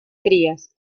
crías